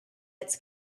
its